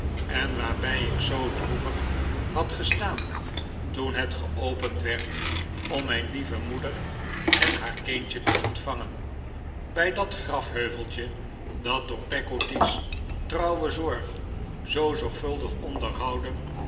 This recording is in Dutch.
en waarbij ik zoo droevig had gestaan toen het geopend werd om mijn lieve moeder en haar kindje te ontvangen bij dat grafheuveltje dat door peggotty's trouwe zorg zoo zorgvuldig onderhouden